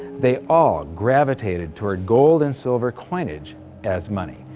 they all gravitated toward gold and silver coinage as money.